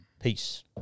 Peace